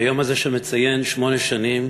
ביום הזה, שמציין שמונה שנים